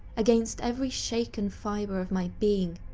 against every shaken fiber of my being,